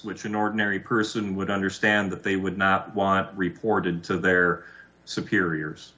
which an ordinary person would understand that they would not want reported to their superiors